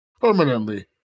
permanently